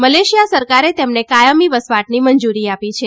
Malaysia સરકારે તેમને કાયમી વસવાટની મંજુરી આપી છે